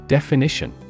Definition